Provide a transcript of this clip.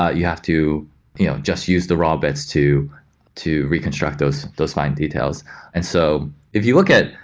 ah you have to just use the raw bits to to reconstruct those those fine details and so if you look at,